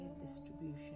distribution